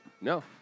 No